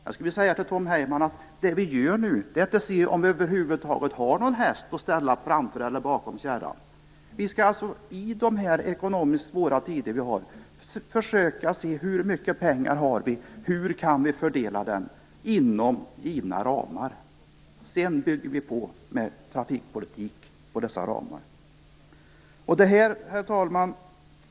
Jag skulle vilja säga till Tom Heyman att det som vi gör nu är att se om vi över huvud taget har någon häst att ställa framför eller bakom kärran. Vi skall alltså i dessa ekonomiskt kärva tider vi befinner oss i försöka se hur mycket pengar vi har och hur vi kan fördela dem inom givna ramar. Sedan bygger vi på dessa ramar med trafikpolitik. Herr talman!